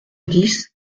dix